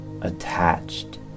attached